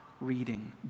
reading